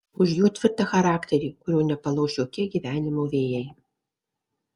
už jo tvirtą charakterį kurio nepalauš jokie gyvenimo vėjai